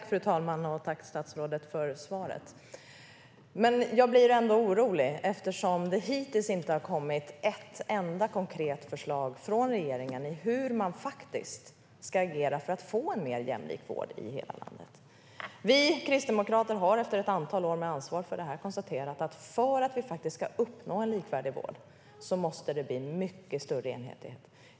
Fru talman! Jag tackar statsrådet för svaret. Men jag blir ändå orolig, eftersom det hittills inte har kommit ett enda konkret förslag från regeringen när det gäller hur man faktiskt ska agera för att få en mer jämlik vård i hela landet. Vi kristdemokrater har, efter ett antal år med ansvar för detta, konstaterat att för att vi faktiskt ska uppnå en likvärdig vård måste det bli mycket större enhetlighet.